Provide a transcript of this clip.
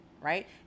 right